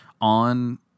on